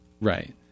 Right